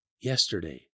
yesterday